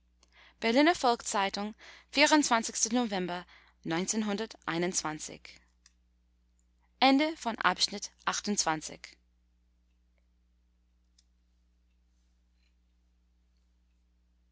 berliner volks-zeitung november